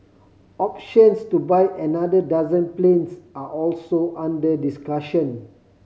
options to buy another dozen planes are also under discussion